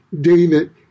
David